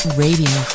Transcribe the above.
radio